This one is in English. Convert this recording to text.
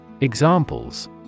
Examples